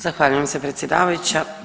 Zahvaljujem se predsjedavajuća.